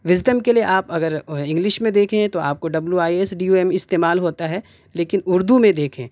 wisdom کے لئے آپ اگرانگلش میں دیکھیں تو آپ کو W I S D O M استعمال ہوتا ہے لیکن اردو میں دیکھیں